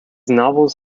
novels